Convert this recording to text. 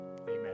amen